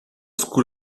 school